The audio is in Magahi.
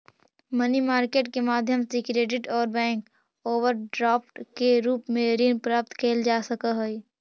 मनी मार्केट के माध्यम से क्रेडिट और बैंक ओवरड्राफ्ट के रूप में ऋण प्राप्त कैल जा सकऽ हई